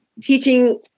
teaching